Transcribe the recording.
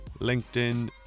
LinkedIn